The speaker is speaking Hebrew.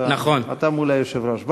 אתה מול היושב-ראש.